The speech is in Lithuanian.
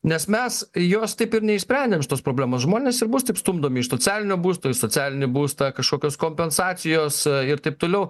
nes mes jos taip ir neišsprendėm šitos problemos žmonės ir bus taip stumdomi iš socialinio būsto į socialinį būstą kažkokios kompensacijos ir taip toliau